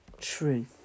truth